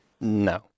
No